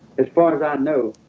as far as i know